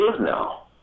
now